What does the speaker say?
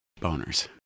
boners